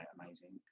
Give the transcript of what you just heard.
amazing